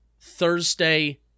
Thursday